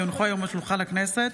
כי הונחו היום על שולחן הכנסת,